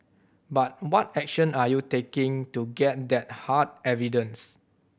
but what action are you taking to get that hard evidence